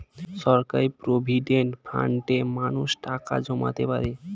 সরকারি প্রভিডেন্ট ফান্ডে মানুষ টাকা জমাতে পারে